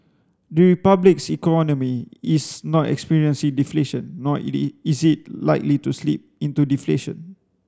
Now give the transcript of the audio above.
the Republic's economy is not experiencing deflation nor is it likely to slip into deflation